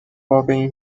واقعی